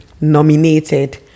nominated